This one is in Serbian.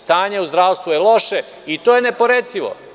Stanje u zdravstvu je loše i to je neporecivo.